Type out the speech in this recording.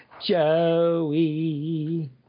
Joey